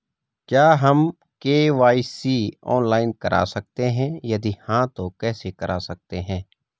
क्या हम KYC online करा सकते हैं यदि हाँ तो कैसे करा सकते हैं?